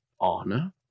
honor